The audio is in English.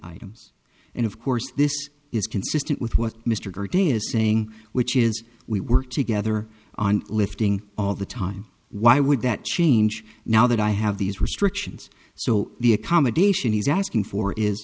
items and of course this is consistent with what mr de is saying which is we work together on lifting all the time why would that change now that i have these restrictions so the accommodation he's asking for is